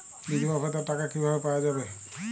বিধবা ভাতার টাকা কিভাবে পাওয়া যাবে?